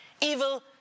Evil